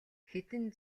хэдэн